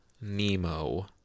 Nemo